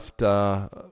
left